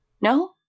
No